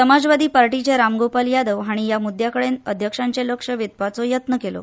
समाजवादी पार्टीचे रामगोपाल यादल हीण ह्या मुद्द्या कडेन अध्यक्षांचें लक्ष ओडपाचो यत्न केलो